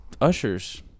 ushers